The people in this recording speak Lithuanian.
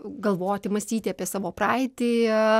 galvoti mąstyti apie savo praeitį